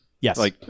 Yes